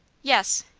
yes,